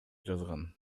жазган